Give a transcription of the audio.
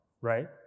right